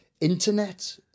Internet